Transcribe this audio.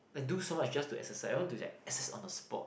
I do so much just to exercise I want do that exercise on the spot